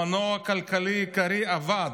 המנוע הכלכלי העיקרי עבד.